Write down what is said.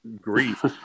grief